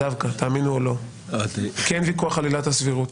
תאמינו או לא, כי אין ויכוח על עילת הסבירות.